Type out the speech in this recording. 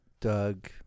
Doug